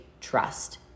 trust